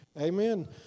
Amen